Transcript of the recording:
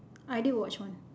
I did watch one